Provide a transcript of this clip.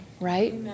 right